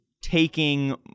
taking